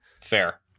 fair